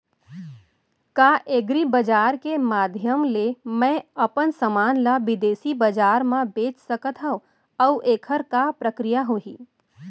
का एग्रीबजार के माधयम ले मैं अपन समान ला बिदेसी बजार मा बेच सकत हव अऊ एखर का प्रक्रिया होही?